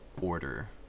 order